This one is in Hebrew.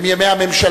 הוא יום הממשלה,